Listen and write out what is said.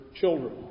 children